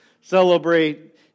celebrate